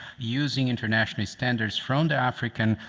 using international standards from the african